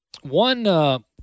one